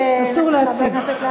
אסור להציג.